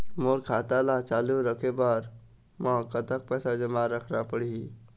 मोर खाता ला चालू रखे बर म कतका पैसा जमा रखना पड़ही?